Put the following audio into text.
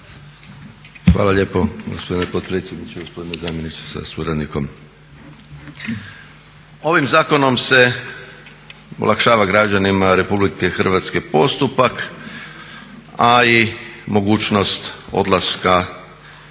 Hvala lijepo gospodine potpredsjedniče, gospodine zamjeniče sa suradnikom. Ovim zakonom se olakšava građanima RH postupak a i mogućnost odlaska u zemlje